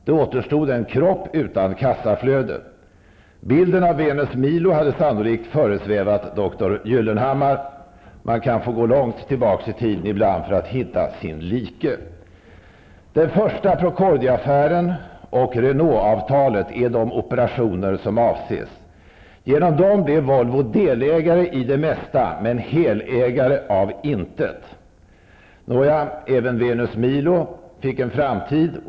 Det återstod en kropp utan kassaflöde. Bilden av Venus Milo hade sannolikt föresvävat Doktor Gyllenhammar. Man kan få gå långt tillbaka i tiden ibland för att hitta sin like. Den första Procordiaaffären och Renaultavtalet är de operationer som avses. Genom dessa blev Volvo delägare i det mesta, men helägare av intet. Även Venus Milo fick en framtid.